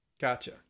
Gotcha